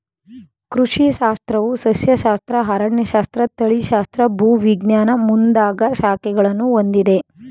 ಕೃಷಿ ಶಾಸ್ತ್ರವು ಸಸ್ಯಶಾಸ್ತ್ರ, ಅರಣ್ಯಶಾಸ್ತ್ರ, ತಳಿಶಾಸ್ತ್ರ, ಭೂವಿಜ್ಞಾನ ಮುಂದಾಗ ಶಾಖೆಗಳನ್ನು ಹೊಂದಿದೆ